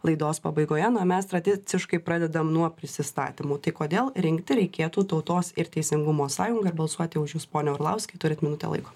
laidos pabaigoje na o mes tradiciškai pradedam nuo prisistatymų tai kodėl rinkti reikėtų tautos ir teisingumo sąjungą ir balsuoti už jus pone orlauskai turit minutę laiko